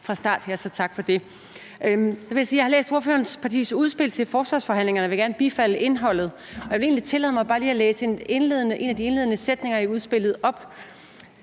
jeg sige, at jeg har læst ordførerens partis udspil til forsvarsforhandlingerne, og at jeg gerne vil bifalde indholdet. Jeg vil egentlig bare lige tillade mig at læse nogle af de indledende sætninger i udspillet op,